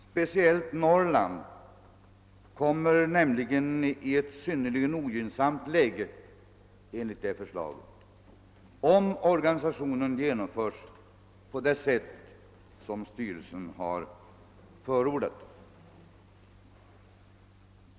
Speciellt Norrland kommer nämligen i ett synnerligen ogynnsamt läge, om organisationen genomförs på det sätt som styrelsen har förordat.